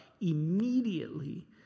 immediately